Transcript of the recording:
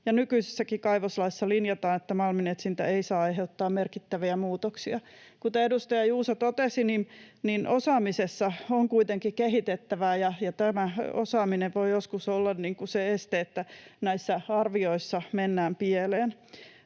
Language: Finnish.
nykyisessäkin kaivoslaissa linjataan, että malminetsintä ei saa aiheuttaa merkittäviä muutoksia. Kuten edustaja Juuso totesi, osaamisessa on kuitenkin kehitettävää, ja tämä osaaminen voi joskus olla se este, että näissä arvioissa mennään pieleen.